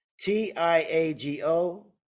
t-i-a-g-o